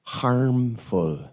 harmful